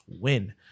win